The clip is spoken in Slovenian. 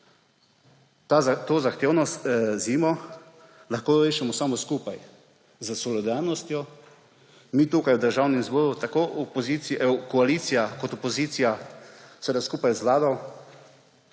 To zahtevno zimo lahko rešimo samo skupaj, s solidarnostjo nas v Državnem zboru, tako koalicije kot opozicije, seveda skupaj z vlado.